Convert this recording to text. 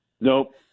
Nope